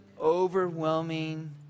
overwhelming